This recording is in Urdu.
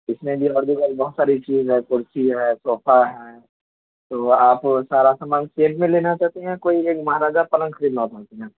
اس میں بھی اور دیگر بہت ساری چیزیں ہیں کرسی ہے صوفہ ہے تو آپ سارا سامان کیش میں لینا چاہتے ہیں یا کوئی ایک مہاراجہ پلنگ خریدنا چاہتے ہیں